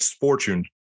fortune